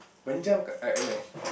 at where